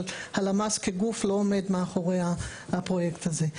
אבל הלמ"ס כגוף לא עומד מאחורי הפרויקט הזה.